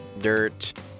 dirt